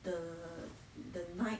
the the night